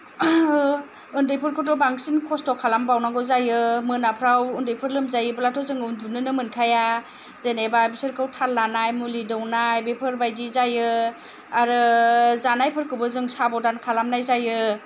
उन्दैफोरखौथ' बांसिन खस्थ' खालामबावनांगौ जायो मोनाफ्राव उन्दैफोर लोमजायोब्लाथ' जों उन्दुनोनो मोनखाया जेनेबा बिसोरखौ थाल लानाय मुलि दौनाय बेफोरबायदि जायो आरो जानायफोरखौबो जों साबदान खालामनाय जायो